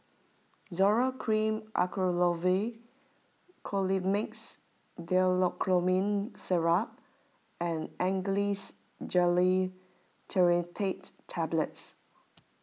Zoral Cream Acyclovir Colimix Dicyclomine Syrup and Trinitrate Tablets